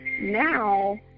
now